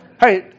Hey